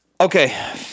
okay